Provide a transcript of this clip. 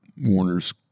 Warner's